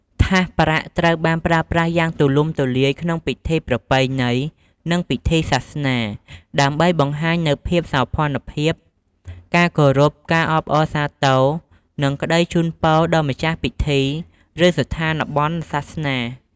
ថាសប្រាក់ត្រូវបានប្រើប្រាស់យ៉ាងទូលំទូលាយក្នុង ពិធីប្រពៃណី និង ពិធីសាសនា ដើម្បីបង្ហាញនូវភាពសោភ័ណភាព ការគោរព ការអបអរសាទរ និងក្តីជូនពរដល់ម្ចាស់ពិធី ឬស្ថានបុណ្យសាសនា។